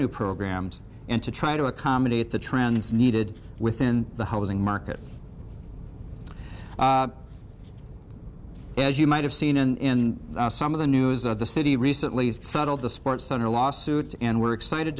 new programs and to try to accommodate the trends needed within the housing market as you might have seen in some of the news of the city recently settled the sports center lawsuit and we're excited